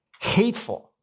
Hateful